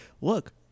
look